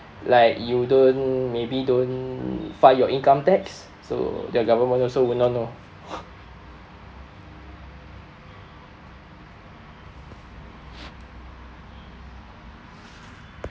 like you don't maybe don't file your income tax so the government also will not know